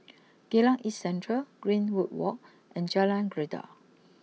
Geylang East Central Greenwood walk and Jalan Greja